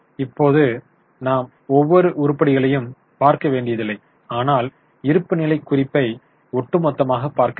இப்போது நாம் ஒவ்வொரு உருப்படிகளையும் பார்க்க வேண்டியதில்லை ஆனால் இருப்புநிலைக் குறிப்பை ஒட்டுமொத்தமாகப் பார்க்க வேண்டும்